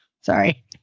Sorry